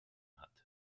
hat